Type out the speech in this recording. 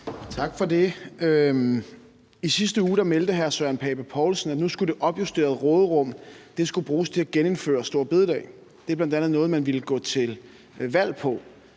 Tak for det. I sidste uge meldte hr. Søren Pape Poulsen, at nu skulle det opjusterede råderum bruges til at genindføre store bededag. Det var bl.a. noget, man ville gå til valg på.